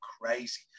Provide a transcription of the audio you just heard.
crazy